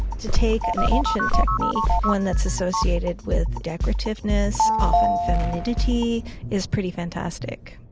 to take an ancient technique, one that's associated with decorativeness, often femininity is pretty fantastic.